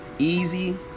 Easy